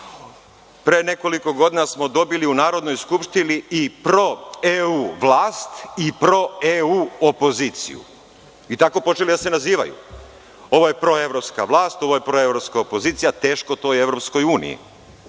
pre nekoliko godina smo dobili u Narodnoj skupštini i pro EU vlast i pro EU opoziciju i tako počeli da se nazivaju. Ovo je proevropska vlast, ovo je proevropska opozicija, teško toj EU, jer niti